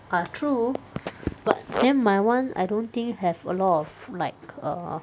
ah true but then my [one] I don't think have a lot of like err